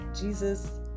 jesus